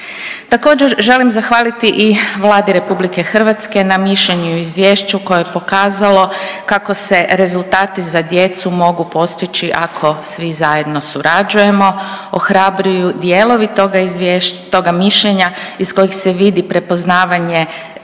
Također želim zahvaliti i Vladi RH na mišljenju o izvješću koje je pokazalo kako se rezultati za djecu mogu postići ako svi zajedno surađujemo. Ohrabruju dijelovi toga izvješća, toga mišljenja iz kojih se vidi prepoznavanje,